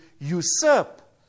usurp